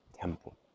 temple